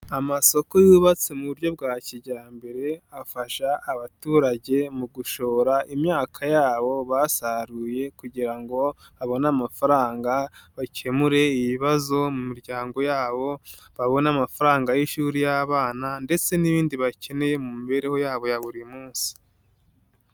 Amasoko yubatse mu buryo bwa kijyambere, afasha abaturage mu gushora imyaka yabo basaruye kugira ngo babone amafaranga, bakemure ibibazo mu miryango yabo, babone amafaranga y'ishuri y'abana ndetse n'ibindi bakeneye mu mibereho yabo ya buri munsi.